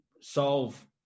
solve